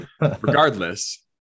regardless